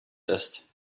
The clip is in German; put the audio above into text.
ist